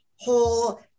whole